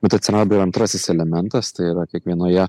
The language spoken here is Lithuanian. bet atsirado ir antrasis elementas tai yra kiekvienoje